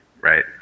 Right